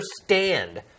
understand